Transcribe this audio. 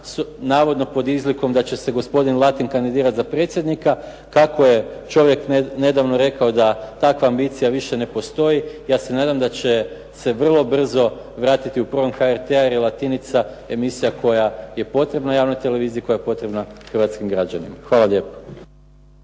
navodno pod izlikom da će se gospodin Latin kandidirati za predsjednika. Kako je čovjek nedavno rekao da takva ambicija više ne postoji ja se nadam da će se vrlo brzo vratiti u program HRT-a jer je "Latinica" emisija koja je potrebna javnoj televiziji, koja je potrebna hrvatskim građanima. Hvala lijepo.